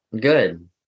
Good